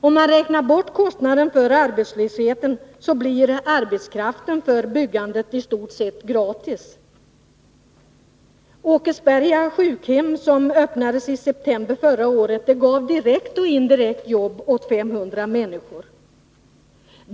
Om man räknar bort kostnaden för arbetslöshet blir arbetskraften för byggandet i stort sett gratis. Åkersberga sjukhem, som öppnades i september förra året, gav direkt och indirekt jobb åt 500 människor.